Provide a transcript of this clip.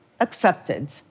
accepted